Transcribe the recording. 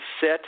sit